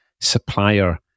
supplier